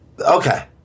Okay